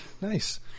Nice